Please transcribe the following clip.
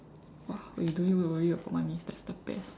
!wah! when you don't need to worry about money that's the best